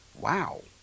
wow